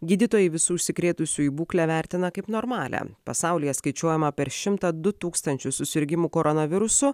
gydytojai visų užsikrėtusiųjų būklę vertina kaip normalią pasaulyje skaičiuojama per šimtą du tūkstančius susirgimų koronavirusu